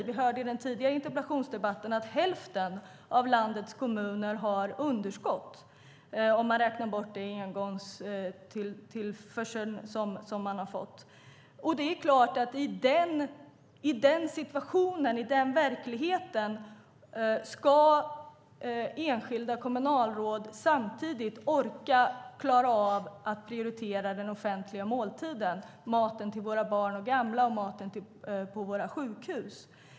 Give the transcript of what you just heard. Vi hörde i den tidigare interpellationsdebatten att hälften av landets kommuner har underskott om man räknar bort det engångsbelopp som de har fått. I denna situation och i denna verklighet ska enskilda kommunalråd samtidigt orka klara av att prioritera den offentliga måltiden - maten till våra barn och gamla och maten på våra sjukhus.